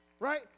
Right